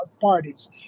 parties